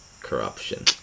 Corruption